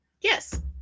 yes